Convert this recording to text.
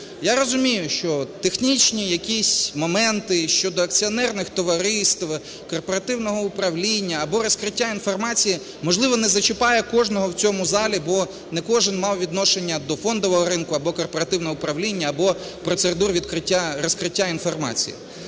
Я розумію, що технічні якісь моменти щодо акціонерних товариств, корпоративного управління або розкриття інформації, можливо, не зачіпає кожного в цьому залі, бо не кожен мав відношення до фондового ринку або корпоративного управління, або процедур розкриття інформації.